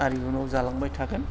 आरो इयुनाव जालांबाय थागोन